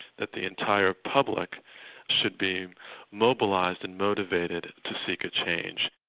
that the entire public should be mobilised and motivated to seek a change.